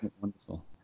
wonderful